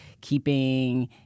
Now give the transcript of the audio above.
Keeping